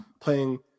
playing